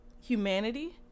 humanity